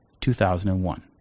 2001